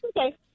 Okay